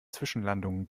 zwischenlandungen